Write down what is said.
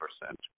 percent